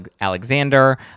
Alexander